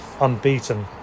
unbeaten